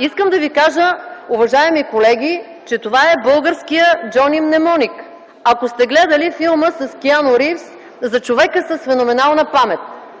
Искам да ви кажа, уважаеми колеги, че това е българският Джони Мнемоник, ако сте гледали филма с Киану Рийвс за човека с феноменална памет.